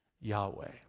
Yahweh